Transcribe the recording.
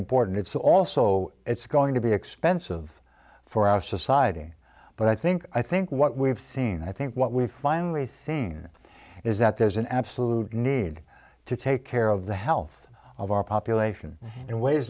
important it's also it's going to be expensive for our society but i think i think what we've seen i think what we've finally seen is that there's an absolute need to take care of the health of our population in ways